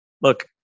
look